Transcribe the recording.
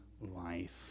life